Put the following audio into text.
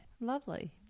Lovely